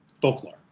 folklore